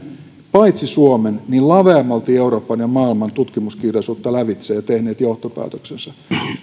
paitsi suomen myös laveammalti euroopan ja maailman tutkimuskirjallisuutta lävitse ja tehneet johtopäätöksensä